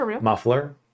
Muffler